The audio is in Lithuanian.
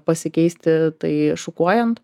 pasikeisti tai šukuojant